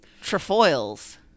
Trefoils